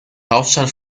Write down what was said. hauptstadt